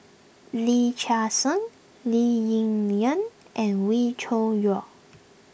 Lee Chia Hsing Lee Ling Yen and Wee Cho Yaw